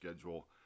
schedule